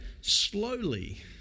slowly